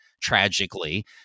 tragically